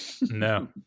No